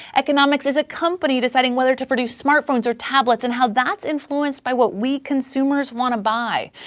economics is a company deciding whether to produce smartphones or tablets and how that's influenced by what we consumers want to buy.